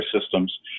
systems